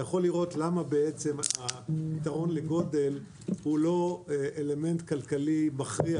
אתה יכול לראות למה היתרון לגודל הוא לא אלמנט כלכלי מכריע,